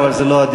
לא בזמן הגירוש.